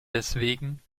deswegen